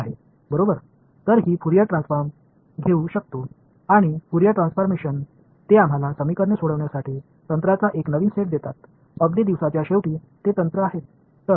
எனவே நான் ஃபோரியர் உருமாற்றங்களை எடுக்க முடியும் மற்றும் ஃபோரியர் உருமாற்றங்கள் அவை சமன்பாடுகளை தீர்க்க ஒரு புதிய நுட்பங்களை நமக்கு தருகின்றன இறுதியில் அவை நுட்பங்கள்